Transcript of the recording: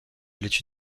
l’étude